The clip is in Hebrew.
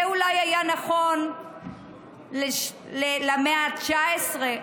זה אולי היה נכון למאה ה-19,